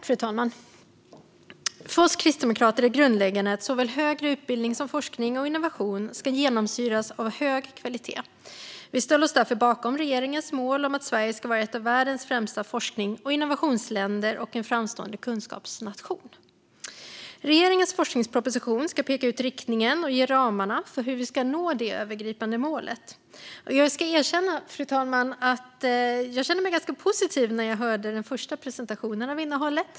Fru talman! För oss kristdemokrater är det grundläggande att såväl högre utbildning som forskning och innovation ska genomsyras av hög kvalitet. Vi ställer oss därför bakom regeringens mål om att Sverige ska vara ett av världens främsta forsknings och innovationsländer och en framstående kunskapsnation. Regeringens forskningsproposition ska peka ut riktningen och ge ramarna för hur vi ska nå det övergripande målet. Och jag ska erkänna, fru talman, att jag kände mig ganska positiv när jag hörde den första presentationen av innehållet.